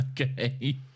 Okay